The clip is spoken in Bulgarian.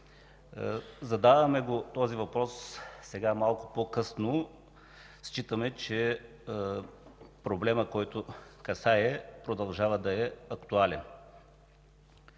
Задаваме този въпрос сега малко по-късно. Считаме, че проблемът, който касае, продължава да е актуален.